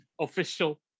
official